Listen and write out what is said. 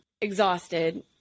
exhausted